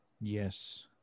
Yes